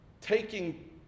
taking